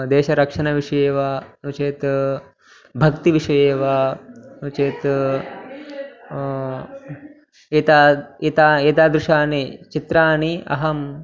देशरक्षणविषये वा नो चेत् भक्तिविषये वा नो चेत् एतानि एतानि एतादृशानि चित्राणि अहं